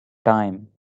time